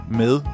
med